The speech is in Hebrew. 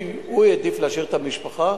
הוא העדיף להשאיר את המשפחה.